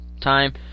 time